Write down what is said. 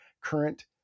current